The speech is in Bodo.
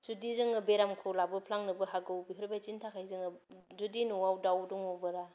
जुदि जोङो बेरामखौ लाबोप्लां नोबो हागौ बेफोर बायदिनि थाखायनो जोङो जुदि न'आव दाव दङबोला